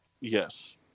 Yes